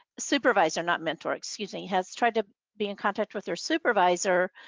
supervisor, not mentor. excuse me has tried to be in contact with their supervisor